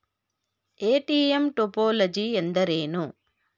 ATM topology ಎಂದರೇನು?